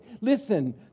Listen